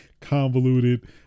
convoluted